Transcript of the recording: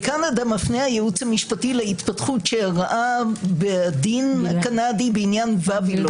בקנדה מפנה הייעוץ המשפטי להתפתחות שאירעה בדין בעניין Vavilov.